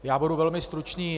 Já budu velmi stručný.